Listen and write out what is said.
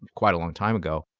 quite a long time ago.